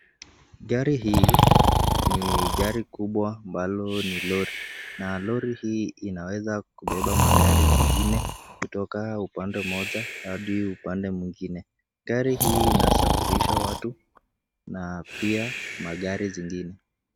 Gari hii ni gari kubwa ambalo ni lori na lori hii ina weza kubeba magari mengine kutoka upande moja hadi upande mwingine, gari ina safirisha watu na pia magari zingine.